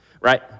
right